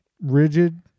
rigid